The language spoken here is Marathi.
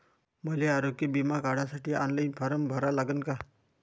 मले आरोग्य बिमा काढासाठी ऑनलाईन फारम भरा लागन का?